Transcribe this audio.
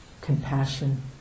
compassion